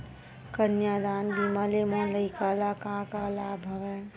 कन्यादान बीमा ले मोर लइका ल का लाभ हवय?